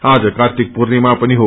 आज कार्तिका पूर्णिमा पनि हो